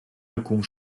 alcun